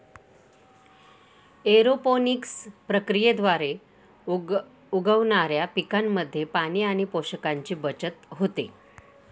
aeroponics प्रक्रियेद्वारे उगवणाऱ्या पिकांमध्ये पाणी आणि पोषकांची बचत होते